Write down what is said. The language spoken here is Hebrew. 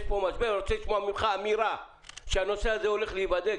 יש פה משבר שאני רוצה לשמוע ממך אמירה שהנושא הזה הולך להיבדק.